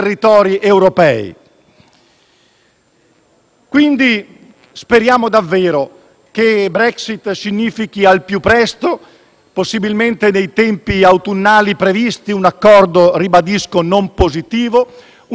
Quindi speriamo davvero che la Brexit significhi al più presto, possibilmente nei tempi autunnali previsti, un accordo non punitivo - lo ribadisco - che possa dare risposta